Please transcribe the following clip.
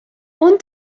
اون